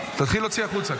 תתחיל להוציא החוצה.